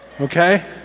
Okay